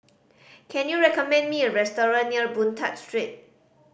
can you recommend me a restaurant near Boon Tat Street